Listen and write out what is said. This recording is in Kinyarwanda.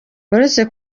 uretse